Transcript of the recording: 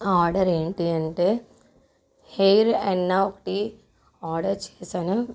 ఆ ఆర్డర్ ఏంటి అంటే హెయిర్ హెన్నా ఒకటి ఆర్డర్ చేశాను